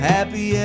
Happy